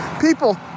People